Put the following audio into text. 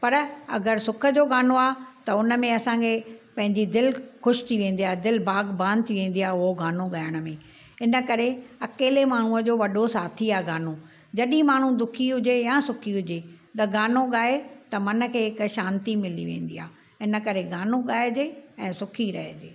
पर अगरि सुख जो गानो आहे त हुन में असांखे पंहिंजी दिलि ख़ुशि थी वेंदी आहे दिलि बाग़बानु थी वेंदी आहे उहो गानो गाइण में इन करे अकेले माण्हूअ जो वॾो साथी आहे गानो जॾहिं माण्हू दुखी हुजे या सुखी हुजे त गानो गाए त मन खे हिकु शांती मिली वेंदी आहे इन करे गानो गाइजे ऐं सुखी रहिजे